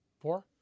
four